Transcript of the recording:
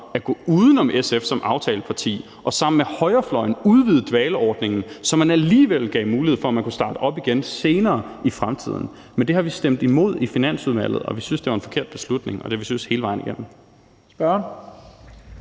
at gå uden om SF som aftaleparti og udvide dvaleordningen sammen med højrefløjen, så man alligevel gav mulighed for, at man kunne starte op igen i fremtiden, men det har vi stemt imod i Finansudvalget, og vi synes, det var en forkert beslutning, og det har vi syntes hele vejen igennem.